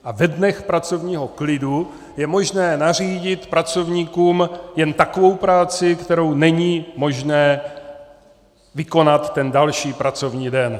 A ve dnech pracovního klidu je možné nařídit pracovníkům jen takovou práci, kterou není možné vykonat další pracovní den.